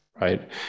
right